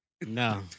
No